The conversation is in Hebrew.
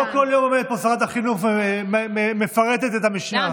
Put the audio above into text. לא כל יום עומדת פה שרת החינוך ומפרטת את המשנה,